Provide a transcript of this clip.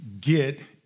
get